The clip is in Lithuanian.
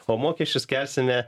o mokesčius kęlsime